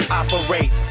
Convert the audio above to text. operate